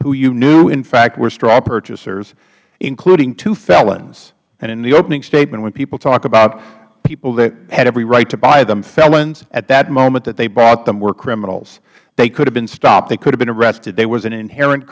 who you knew in fact were straw purchasers including two felons and in the opening statement when people talk about people that had every right to buy them felons at that moment that they bought them were criminals they could have been stopped they could have been arrested there was an inherent